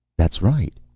that's right.